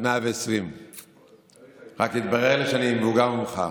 עד 120. רק התברר שאני מבוגר ממך,